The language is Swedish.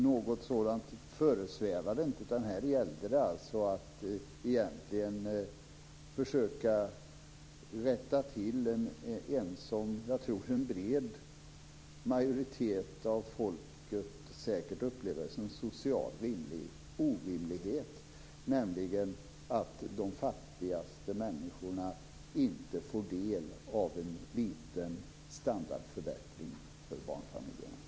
Något sådant föresvävade inte regeringen, utan här gällde det att försöka rätta till någonting som jag tror att en bred majoritet av folket upplever som en social orimlighet, nämligen att de fattigaste människorna inte får del av en liten standardförbättring för barnfamiljerna.